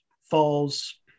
falls